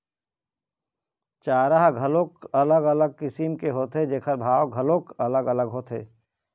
चारा ह घलोक अलग अलग किसम के होथे जेखर भाव घलोक अलग अलग होथे